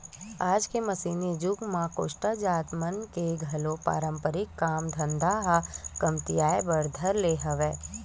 आज के मसीनी जुग म कोस्टा जात मन के घलो पारंपरिक काम धाम ह कमतियाये बर धर ले हवय